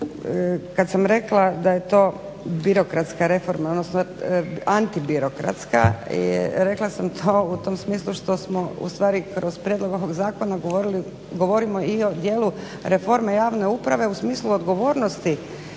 kada sam rekla da je to birokratska reforma odnosno antibirokratska rekla sam to u tom smislu što smo ustvari kroz prijedlog ovog zakona govorimo i o dijelu reforme javne uprave u smislu odgovornosti